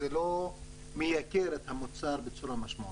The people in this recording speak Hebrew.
זה לא מייקר את המוצר בצורה משמעותית.